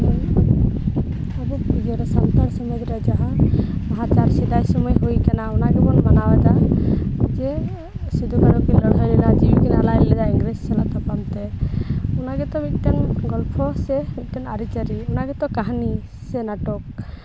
ᱟᱵᱚ ᱥᱟᱱᱛᱟᱲ ᱥᱚᱢᱟᱡᱽ ᱨᱮ ᱡᱟᱦᱟᱸ ᱪᱟᱥᱼᱵᱟᱥ ᱥᱚᱢᱚᱭ ᱦᱩᱭ ᱠᱟᱱᱟ ᱚᱱᱟ ᱜᱮᱵᱚᱱ ᱢᱟᱱᱟᱣ ᱮᱫᱟ ᱡᱮ ᱥᱤᱫᱩᱼᱠᱟᱹᱱᱦᱩ ᱠᱤᱱ ᱞᱟᱹᱲᱦᱟᱹᱭ ᱞᱮᱫᱟ ᱡᱤᱣᱤ ᱠᱤᱱ ᱟᱞᱟᱭ ᱞᱮᱫᱟ ᱤᱝᱨᱮᱡᱽ ᱥᱟᱞᱟᱜ ᱛᱟᱯᱟᱢ ᱛᱮ ᱚᱱᱟ ᱜᱮᱛᱚ ᱢᱤᱫᱴᱟᱝ ᱜᱚᱞᱯᱷᱚ ᱥᱮ ᱟᱹᱨᱤᱼᱪᱟᱹᱞᱤ ᱚᱱᱟᱜᱮᱛᱚ ᱠᱟᱹᱦᱱᱤ ᱥᱮ ᱱᱟᱴᱚᱠ